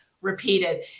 repeated